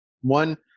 One